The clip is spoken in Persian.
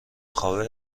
خوابه